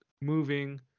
moving